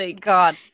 God